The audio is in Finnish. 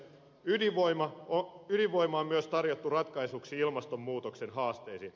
ydinvoimaa on myös tarjottu ratkaisuksi ilmastonmuutoksen haasteisiin